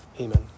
Amen